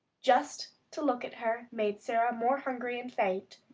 just to look at her made sara more hungry and faint.